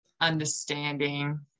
understanding